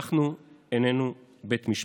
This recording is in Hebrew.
אנחנו איננו בית משפט.